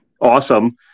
awesome